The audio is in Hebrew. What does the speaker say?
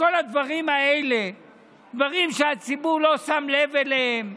שכל הדברים האלה הם דברים שהציבור לא שם לב אליהם,